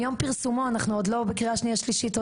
מיום פרסומו, אנחנו עוד לא בקריאה בשנייה, שלישית.